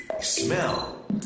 smell